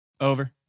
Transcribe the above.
Over